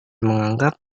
menganggap